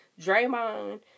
Draymond